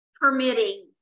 permitting